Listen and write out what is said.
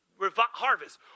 harvest